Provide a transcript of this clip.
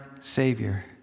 Savior